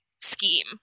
scheme